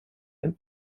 and